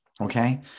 okay